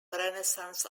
renaissance